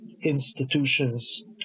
institutions